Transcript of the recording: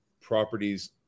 properties